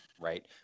right